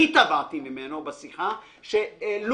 אני תבעתי ממנו בשיחה לו"ז,